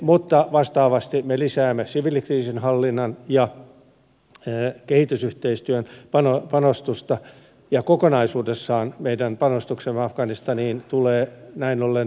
mutta vastaavasti me lisäämme siviilikriisinhallinnan ja kehitysyhteistyön panostusta ja kokonaisuudessaan meidän panostuksemme afganistaniin tulee näin ollen kasvamaan